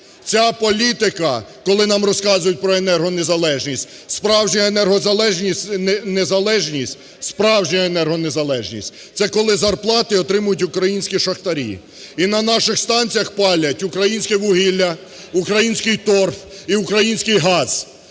Ця політика, коли нам розказують про енергонезалежність… Справжня енергонезалежність, справжня енергонезалежність – це коли зарплати отримують українські шахтарі і на наших станціях палять українське вугілля, український торф і український газ.